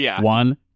one